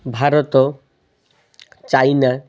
Bharat China